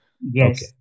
yes